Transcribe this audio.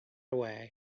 away